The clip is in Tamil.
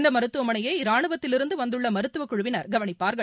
இந்த மருத்துவமனையை ரானுவத்திலிருந்து வந்துள்ள மருத்துவக் குழுவினா் கவனிப்பாா்கள்